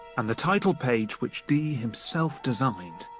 and the title page, which dee himself designed,